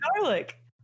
garlic